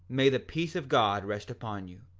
may the peace of god rest upon you,